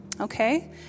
Okay